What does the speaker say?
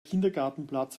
kindergartenplatz